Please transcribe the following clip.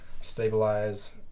stabilize